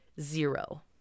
zero